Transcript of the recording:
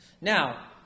Now